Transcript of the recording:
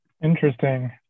Interesting